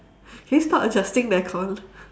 can you stop adjusting the aircon